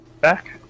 back